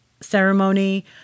ceremony